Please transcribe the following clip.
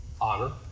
honor